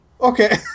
Okay